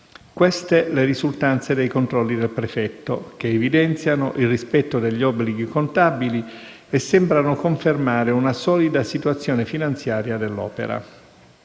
Queste sono le risultanze dei controlli del prefetto, che evidenziano il rispetto degli obblighi contabili e sembrano confermare una solida situazione finanziaria dell'Opera.